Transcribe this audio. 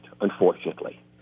unfortunately